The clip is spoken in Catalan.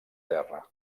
terra